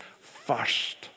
first